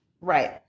Right